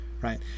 right